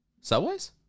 Subways